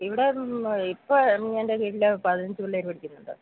ഇവിടെ നിന്ന് ഇപ്പം എന്റെ കീഴിൽ പതിനഞ്ച് പിള്ളേര് പഠിക്കുന്നുണ്ട്